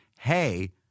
hey